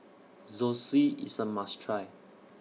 Zosui IS A must Try